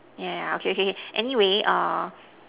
yeah yeah yeah okay okay anyway err